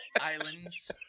Islands